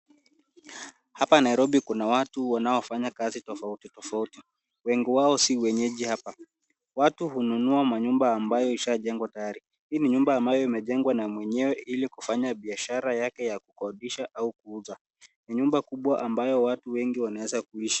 Hapa Nairobi kuna watu wanaofanya kazi tofauti tofauti wengi hao sio wenyeji hapa. Watu hununua manyumba ambayo ishajengwa tayari. Hii ni nyumba ambayo imejengwa na mwenyewe ili kufanya biashara yake ya kukodisha au kuuza. Ni nyumba kubwa ambayo watu wengi wanaweza kuishi.